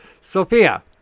Sophia